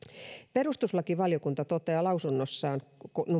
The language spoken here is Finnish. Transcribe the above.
perustuslakivaliokunta toteaa lausunnossaan